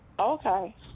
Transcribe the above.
Okay